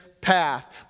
path